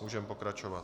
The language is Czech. Můžeme pokračovat.